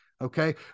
okay